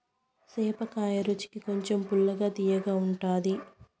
సేపకాయ రుచికి కొంచెం పుల్లగా, తియ్యగా ఉంటాది